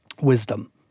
wisdom